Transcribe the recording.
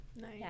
nice